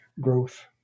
growth